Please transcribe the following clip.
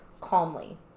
calmly